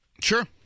Sure